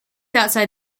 outside